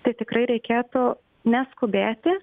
tai tikrai reikėtų neskubėti